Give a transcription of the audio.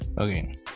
Okay